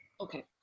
Okay